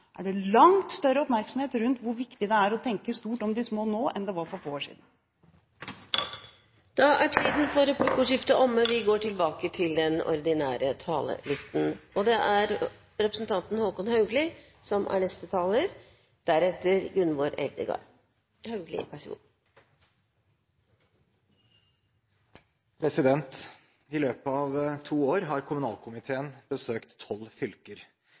er det langt større oppmerksomhet rundt hvor viktig det er å tenke stort om de små nå, enn det var for få år siden. Replikkordskiftet er omme. I løpet av to år har kommunalkomiteen besøkt tolv fylker. Vi har møtt mer enn 100 ordførere, og